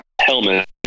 Helmet